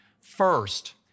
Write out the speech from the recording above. First